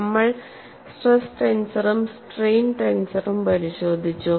നമ്മൾ സ്ട്രെസ് ടെൻസറും സ്ട്രെയിൻ ടെൻസറും പരിശോധിച്ചു